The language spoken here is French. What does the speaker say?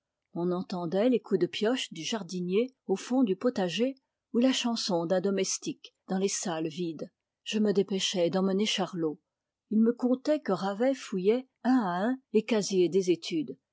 on entendait les coups de pioche du jardinier au fond du potager ou la chanson d'un domestique dans les salles vides je me dépêchais d'emmener charlot il me contait que ravet fouillait un à un les casiers des études